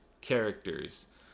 characters